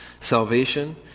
salvation